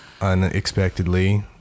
unexpectedly